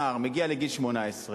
נער, מגיע לגיל 18,